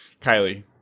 Kylie